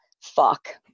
fuck